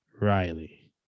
Riley